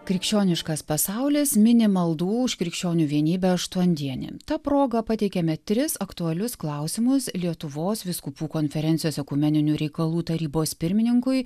krikščioniškas pasaulis mini maldų už krikščionių vienybę aštuondienį ta proga pateikiame tris aktualius klausimus lietuvos vyskupų konferencijos ekumeninių reikalų tarybos pirmininkui